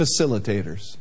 facilitators